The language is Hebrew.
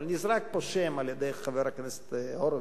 אבל נזרק פה שם על-ידי חבר הכנסת הורוביץ,